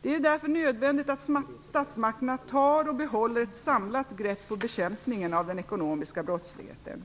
Det är därför nödvändigt att statsmakterna tar och behåller ett samlat grepp om bekämpningen av den ekonomiska brottsligheten.